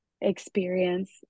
experience